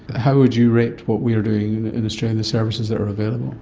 how would you rate what we are doing in australia, the services that are available?